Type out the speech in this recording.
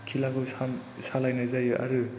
खेलाखौ सालायनाय जायो आरो